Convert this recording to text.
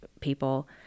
people